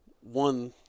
one